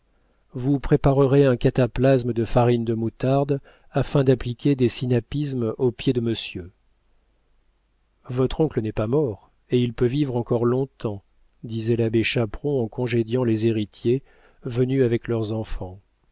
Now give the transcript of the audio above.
vous préparerez un cataplasme de farine de moutarde afin d'appliquer des sinapismes aux pieds de monsieur votre oncle n'est pas mort et il peut vivre encore longtemps disait l'abbé chaperon en congédiant les héritiers venus avec leurs enfants